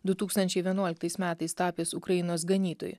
du tūkstančiai vienuoliktais metais tapęs ukrainos ganytoju